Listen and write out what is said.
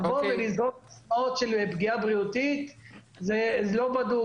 לבוא ולזרוק סיסמאות של פגיעה בריאותית זה לא בדוק.